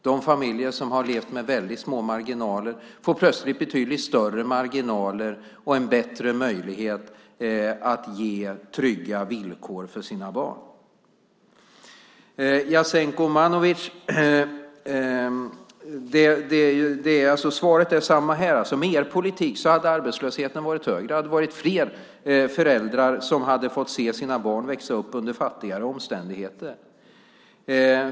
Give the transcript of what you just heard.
De familjer som har levt med väldigt små marginaler får plötsligt betydligt större marginaler och en bättre möjlighet att ge trygga villkor för sina barn. Jasenko Omanovic! Svaret är detsamma här. Med er politik hade arbetslösheten varit högre. Det hade varit fler föräldrar som hade fått se sina barn växa upp under fattigare omständigheter.